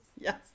Yes